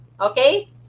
okay